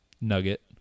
nugget